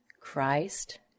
Christ